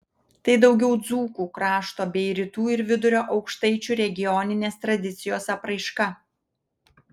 tai daugiau dzūkų krašto bei rytų ir vidurio aukštaičių regioninės tradicijos apraiška